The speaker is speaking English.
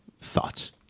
Thoughts